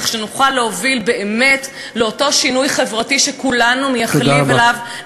כך שנוכל להוביל באמת לאותו שינוי חברתי שכולנו מייחלים לו,